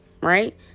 right